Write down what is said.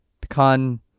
Pecan